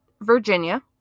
Virginia